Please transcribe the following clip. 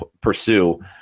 pursue